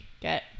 get